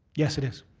yes, it is.